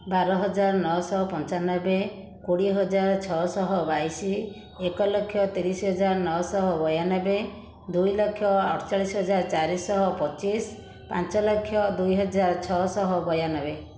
ବାରହଜାର ନଅଶହ ପଞ୍ଚାନବେ କୋଡ଼ିଏ ହଜାର ଛଅଶହ ବାଇଶ ଏକଲକ୍ଷ ତିରିଶ ହଜାର ନଅଶହ ବୟାନବେ ଦୁଇଲକ୍ଷ ଅଠଚାଳିଶ ହଜାର ଚାରିଶହ ପଚିଶ ପାଞ୍ଚଲକ୍ଷ ଦୁଇହଜାର ଛଅଶହ ବୟାନବେ